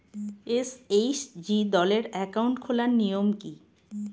SHG দলের account খোলার নিয়ম কী?